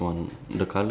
uh